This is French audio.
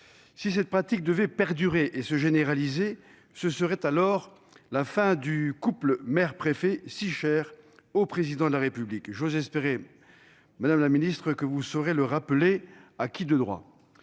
Si cette pratique devait perdurer et se généraliser, ce serait alors la fin du couple maire-préfet, si cher au Président de la République. J'ose espérer, madame la ministre, que vous saurez le rappeler à qui de droit